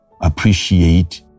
appreciate